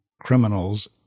criminals